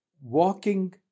walking